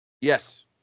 Yes